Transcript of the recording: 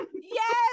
yes